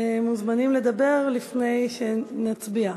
מוזמנים לדבר לפני שנצביע.